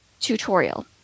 tutorial